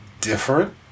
different